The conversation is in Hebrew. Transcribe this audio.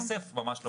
כסף ממש לא.